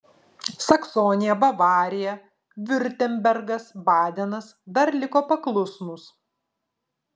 saksonija bavarija viurtembergas badenas dar liko paklusnūs